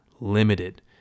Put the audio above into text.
limited